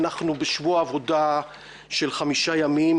אנחנו בשבוע עבודה של חמישה ימים.